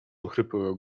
ochrypłego